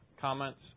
Comments